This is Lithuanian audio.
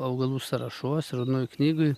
augalų sąrašuose raudonoj knygoj